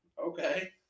Okay